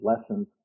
lessons